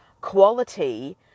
quality